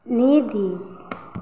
निधि